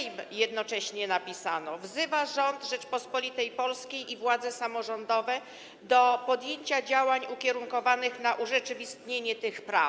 Jednocześnie napisano, że Sejm wzywa rząd Rzeczypospolitej Polskiej i władze samorządowe do podjęcia działań ukierunkowanych na urzeczywistnienie tych praw.